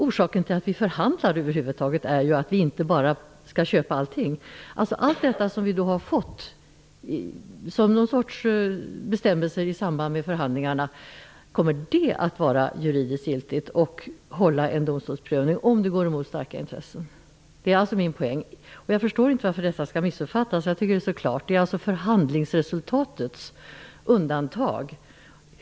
Orsaken till att vi över huvud taget förhandlar är ju att vi inte bara skall ''köpa'' allting. Kommer alla de bestämmelser som vi har fått i samband med förhandlingarna att vara juridiskt giltiga och hålla vid en domstolsprövning om de går emot starka intressen? Detta är alltså poängen i mitt resonemang. Jag förstår inte varför detta missuppfattas. Det är ju klart att det gäller förhandlingsresultatets undantag.